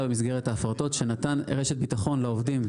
במסגרת ההפרטות שנתן רשת ביטחון לעובדים.